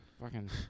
Fucking-